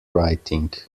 writing